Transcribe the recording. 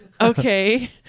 Okay